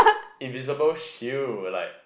invisible shield like